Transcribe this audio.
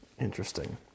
Interesting